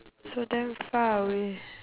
so damn far away